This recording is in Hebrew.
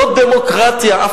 לא דמוקרטיה מעניינת אותם,